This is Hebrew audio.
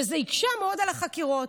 וזה הקשה מאוד על החקירות.